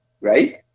right